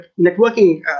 networking